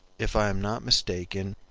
if i am not mistaken,